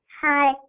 hi